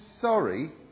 sorry